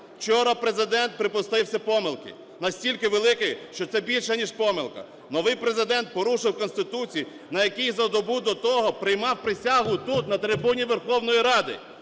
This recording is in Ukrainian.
Вчора Президент припустився помилки. Настільки великої, що це більше, ніж помилка. Новий Президент порушив Конституцію, на якій за добу до того приймав присягу тут, на трибуні Верховної Ради.